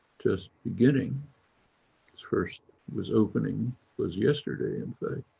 just beginning its first was opening was yesterday, in fact,